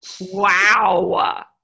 Wow